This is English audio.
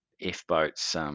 F-boats